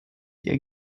ihr